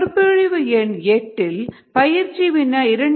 சொற்பொழிவு எண் 8 இல் பயிற்சி வினா 2